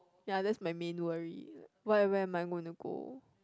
ya that's my main worry where am I going to go